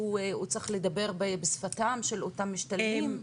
שהוא צריך לדבר בשפתם של אותם משתלמים?